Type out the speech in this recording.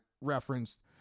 referenced